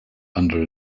under